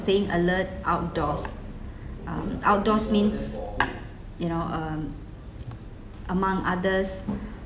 staying alert outdoors um outdoors means you know uh among others